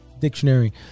dictionary